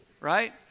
Right